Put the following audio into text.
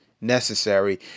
necessary